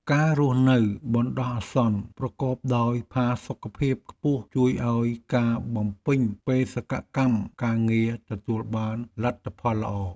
ការរស់នៅបណ្ដោះអាសន្នប្រកបដោយផាសុកភាពខ្ពស់ជួយឱ្យការបំពេញបេសកកម្មការងារទទួលបានលទ្ធផលល្អ។